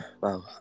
Wow